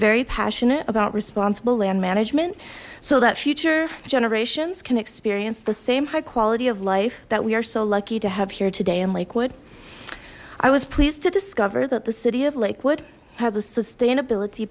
very passionate about responsible land management so that future generations can experience the same high quality of life that we are so lucky to have here today in lakewood i was pleased to discover that the city of lakewood has a sustainability